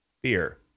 beer